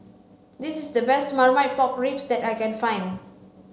this is the best marmite pork ribs that I can find